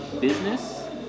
business